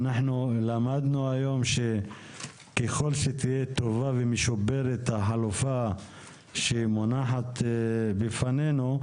אנחנו למדנו היום שככל שתהיה טובה ומשופרת החלופה שמונחת בפנינו,